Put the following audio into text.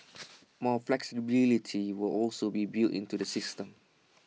more flexibility will also be built into the system